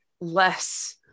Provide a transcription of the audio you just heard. less